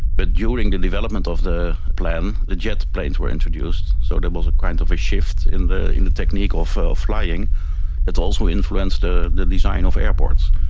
but during the development of the plan, the jet planes were introduced, so there was kind of a shift in the in the technique of flying that also influenced ah the design of airports.